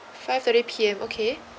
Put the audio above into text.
five-thirty P_M okay